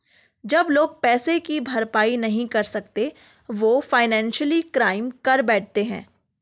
जब लोग पैसे की भरपाई नहीं कर सकते वो फाइनेंशियल क्राइम कर बैठते है